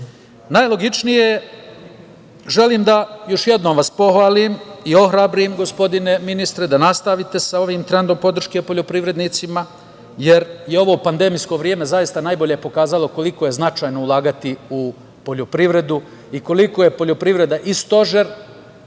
Albaniji. Želim da vas još jednom pohvalim i ohrabrim, gospodine ministre, da nastavite sa ovim trendom podrške poljoprivrednicima, jer je ovo pandemijsko vreme zaista najbolje pokazalo koliko je značajno ulagati u poljoprivredu i koliko je poljoprivreda i stožer